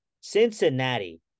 Cincinnati